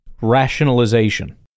rationalization